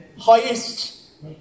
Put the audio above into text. Highest